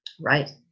Right